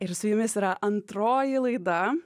ir su jumis yra antroji laida